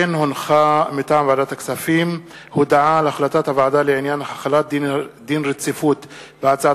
הודעת ועדת הכספים על החלטתה בעניין החלת דין רציפות על הצעת